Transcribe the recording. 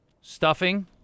stuffing